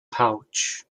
pouch